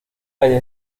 calle